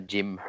Jim